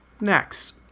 Next